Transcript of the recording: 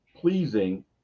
pleasing